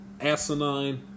asinine